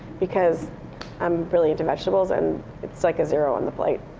because i'm really into vegetables, and it's like a zero on the plate.